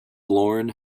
lorne